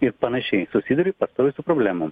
ir panašiai susiduri pastoviai su problemom